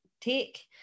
take